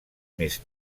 més